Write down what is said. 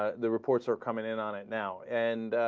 ah the reports are coming in on it now and